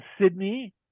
sydney